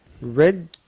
Red